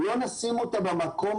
נמשיך הלאה.